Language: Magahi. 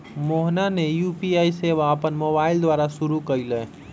मोहना ने यू.पी.आई सेवा अपन मोबाइल द्वारा शुरू कई लय